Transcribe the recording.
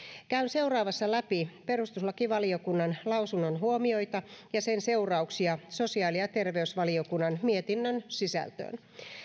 käyn seuraavassa läpi perustuslakivaliokunnan lausunnon huomioita ja sen seurauksia sosiaali ja terveysvaliokunnan mietinnön sisältöön